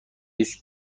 است